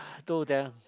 told them